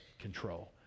control